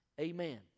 Amen